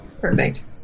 Perfect